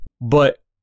but-